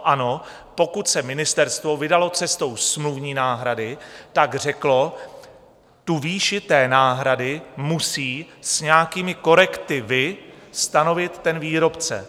Ano, pokud se ministerstvo vydalo cestou smluvní náhrady, tak řeklo: Výši náhrady musí s nějakými korektivy stanovit výrobce.